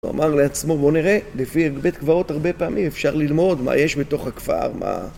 הוא אמר לעצמו בוא נראה, לפי בית קברות הרבה פעמים אפשר ללמוד מה יש בתוך הכפר, מה...